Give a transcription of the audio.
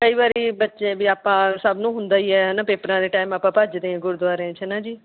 ਕਈ ਵਾਰੀ ਬੱਚੇ ਵੀ ਆਪਾਂ ਸਭ ਨੂੰ ਹੁੰਦਾ ਹੀ ਹੈ ਨਾ ਪੇਪਰਾਂ ਦੇ ਟਾਈਮ ਆਪਾਂ ਭੱਜਦੇ ਹਾਂ ਗੁਰਦੁਆਰੇ 'ਚ ਹੈ ਨਾ ਜੀ